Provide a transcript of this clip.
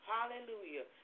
Hallelujah